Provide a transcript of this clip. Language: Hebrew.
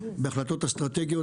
בהחלטות אסטרטגיות,